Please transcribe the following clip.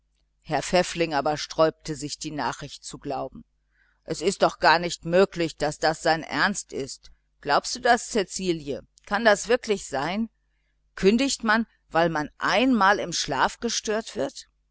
herr pfäffling aber sträubte sich die nachricht zu glauben es ist doch gar nicht möglich daß das sein ernst ist glaubst du das cäcilie kann das wirklich sein kündigt man weil man einmal im schlaf gestört wird